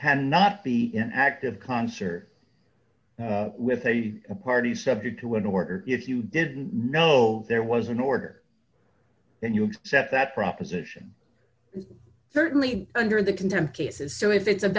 can not be an active concert with a party subject to an order if you didn't know there was an order then you accept that proposition certainly under the contempt cases so if it's a